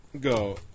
go